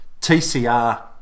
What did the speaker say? TCR